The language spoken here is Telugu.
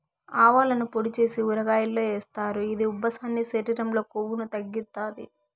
ఆవాలను పొడి చేసి ఊరగాయల్లో ఏస్తారు, ఇది ఉబ్బసాన్ని, శరీరం లో కొవ్వును తగ్గిత్తాది